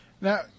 Now